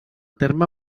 terme